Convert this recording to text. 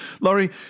Laurie